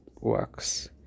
works